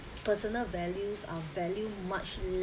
personal values are value much